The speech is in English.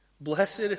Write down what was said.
Blessed